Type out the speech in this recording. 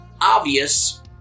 obvious